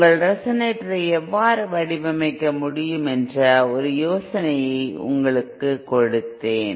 உங்கள் ரெசனேட்டரை எவ்வாறு வடிவமைக்க முடியும் என்ற ஒரு யோசனையை நான் உங்களுக்குக் கொடுத்தேன்